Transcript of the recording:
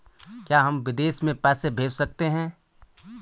क्या हम विदेश में पैसे भेज सकते हैं?